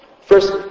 First